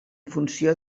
funció